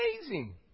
amazing